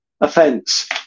offence